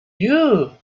you